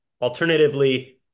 Alternatively